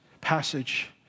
passage